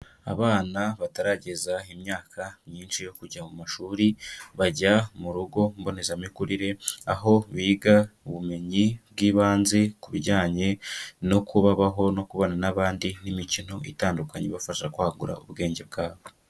Abana batarageza imyaka myinshi yo kujya mu mashuri bajya mu rugo mbonezamikurire aho biga ubumenyi bw'ibanze ku bijyanye n'uko babaho, no kubana n'abandi n'imikino itandukanye ibafasha kwagura ubwenge bwabo.